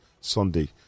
Sunday